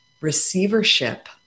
Receivership